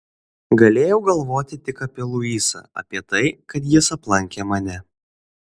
galėjau galvoti tik apie luisą apie tai kad jis aplankė mane